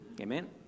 Amen